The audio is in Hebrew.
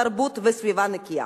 תרבות וסביבה נקייה.